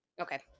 Okay